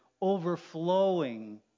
overflowing